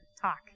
talk